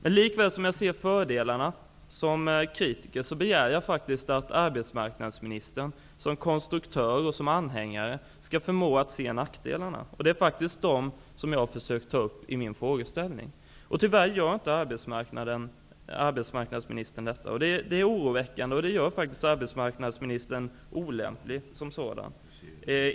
På samma sätt som jag som kritiker ser fördelarna i detta system, begär jag faktiskt att arbetsmarknadsministern, som konstruktör och anhängare av systemet, skall förmås att se nackdelarna i det. Det är dessa nackdelar som jag har försökt ta upp i min interpellation. Tyvärr gör arbetsmarknadsministern inte det i sitt svar, vilket är oroväckande. Detta gör arbetsmarknadsministern olämplig som arbetsmarknadsminister.